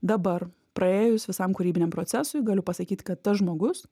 dabar praėjus visam kūrybiniam procesui galiu pasakyt kad tas žmogus